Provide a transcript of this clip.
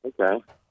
Okay